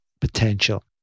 potential